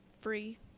free